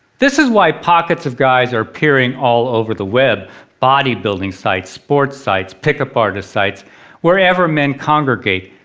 this is why pockets of guys are peering all over the web body building sites, sports sites, pickup artists sites wherever men congregate.